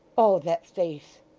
oh that face!